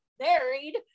married